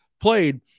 played